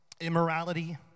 Immorality